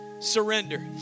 surrender